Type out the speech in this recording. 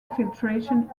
filtration